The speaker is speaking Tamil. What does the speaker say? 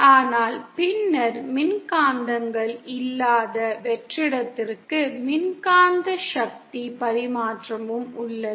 ஆனால் பின்னர் மின்காந்தங்கள் இல்லாத வெற்றிடத்திற்கு மின்காந்த சக்தி பரிமாற்றமும் உள்ளது